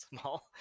small